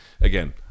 Again